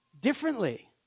differently